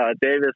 Davis